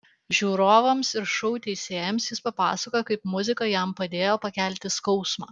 žiūrovams ir šou teisėjams jis papasakojo kaip muzika jam padėjo pakelti skausmą